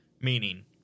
meaning